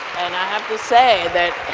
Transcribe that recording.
and i have to say that,